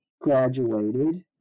graduated